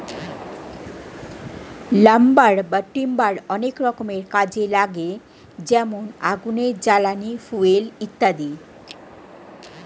lumber বা timber অনেক রকমের কাজে লাগে যেমন আগুনের জ্বালানি, ফুয়েল ইত্যাদি